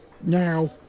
now